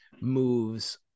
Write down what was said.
moves